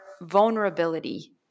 vulnerability